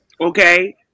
Okay